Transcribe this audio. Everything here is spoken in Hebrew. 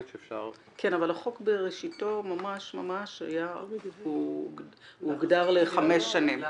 כן, אבל החוק בראשיתו ממש היה מוגדר לחמש שנים.